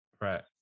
right